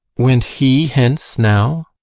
went he hence now?